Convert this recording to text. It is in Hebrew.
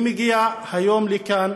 אני מגיע היום לכאן